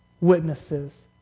witnesses